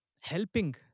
helping